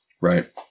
Right